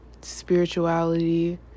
spirituality